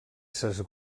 ses